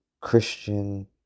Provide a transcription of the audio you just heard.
christian